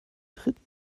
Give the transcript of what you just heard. dritten